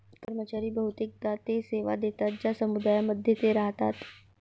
कर्मचारी बहुतेकदा ते सेवा देतात ज्या समुदायांमध्ये ते राहतात